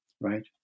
Right